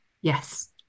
Yes